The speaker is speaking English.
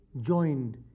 joined